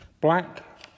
black